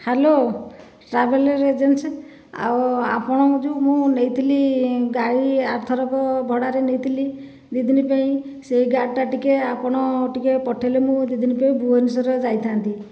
hello ଟ୍ରାଭେଲର agency ଆଉ ଆପଣଙ୍କ ଯେଉଁ ମୁଁ ନେଇଥିଲି ଗାଡ଼ି ଆର ଥରକ ଭଡ଼ାରେ ନେଇଥିଲି ଦୁଇ ଦିନ ପାଇଁ ସେଇ ଗାଡ଼ିଟା ଟିକେ ଆପଣ ଟିକେ ପଠେଇଲେ ମୁଁ ଦୁଇ ଦିନ ପାଇଁ ଭୁବନେଶ୍ଵର ଯାଇଥାନ୍ତି